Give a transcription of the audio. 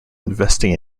investing